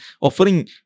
offering